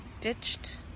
ditched